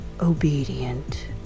obedient